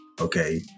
Okay